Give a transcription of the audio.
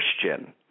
Christian